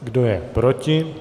Kdo je proti?